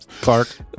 Clark